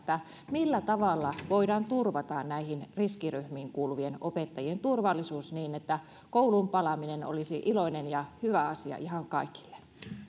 millä tavalla voidaan turvata näihin riskiryhmiin kuuluvien opettajien turvallisuus niin että kouluun palaaminen olisi iloinen ja hyvä asia ihan kaikille